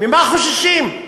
ממה חוששים?